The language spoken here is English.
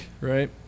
right